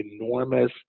enormous